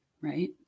Right